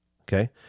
Okay